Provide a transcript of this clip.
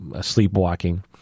sleepwalking